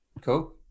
cool